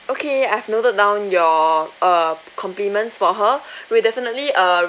okay I've noted down your err compliments for her we definitely err